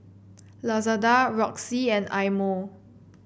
Lazada Roxy and Eye Mo